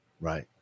right